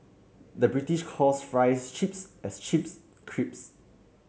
the British calls fries chips as chips crisps